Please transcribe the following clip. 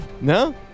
No